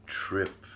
trip